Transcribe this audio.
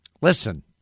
Listen